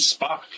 Spock